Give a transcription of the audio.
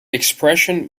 expression